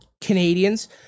Canadians